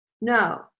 No